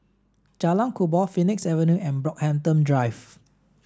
Jalan Kubor Phoenix Avenue and Brockhampton Drive